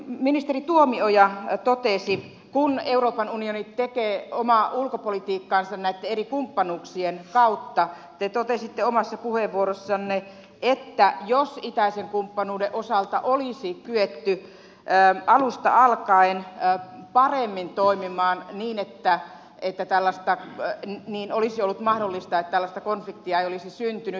ministeri tuomioja kun euroopan unioni tekee omaa ulkopolitiikkaansa näitten eri kumppanuuksien kautta te totesitte omassa puheenvuorossanne että jos itäisen kumppanuuden osalta olisi kyetty alusta alkaen paremmin toimimaan niin olisi ollut mahdollista että tällaista konfliktia ei olisi syntynyt